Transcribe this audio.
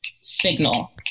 signal